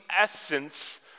essence